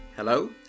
Hello